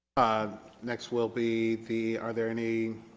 ah next will be the are there any